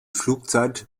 flugzeit